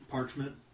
Parchment